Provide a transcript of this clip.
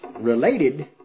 related